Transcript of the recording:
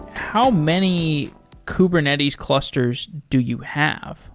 how many kubernetes clusters do you have?